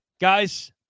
Guys